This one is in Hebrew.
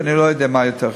ואני לא יודע מה יותר חשוב.